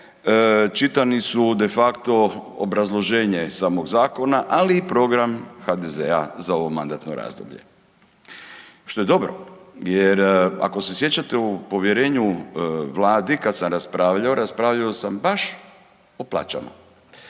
čitani su de facto obrazloženje samog zakona, ali i program HDZ-a za ovo mandatno razdoblje, što je dobro jer ako se sjećate u povjerenju vladi kad sam raspravljao, raspravljao sam baš o plaćama.